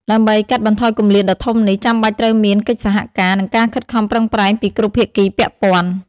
ដើម្បីកាត់បន្ថយគម្លាតដ៏ធំនេះ ចាំបាច់ត្រូវមានកិច្ចសហការ និងការខិតខំប្រឹងប្រែងពីគ្រប់ភាគីពាក់ព័ន្ធ។